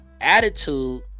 attitude